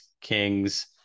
kings